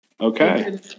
Okay